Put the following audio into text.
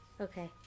Okay